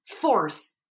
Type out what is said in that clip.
force